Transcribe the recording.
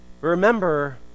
Remember